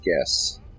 guess